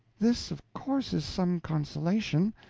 this, of course, is some consolation.